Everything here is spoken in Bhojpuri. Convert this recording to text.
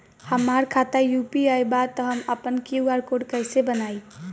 हमार खाता यू.पी.आई बा त हम आपन क्यू.आर कोड कैसे बनाई?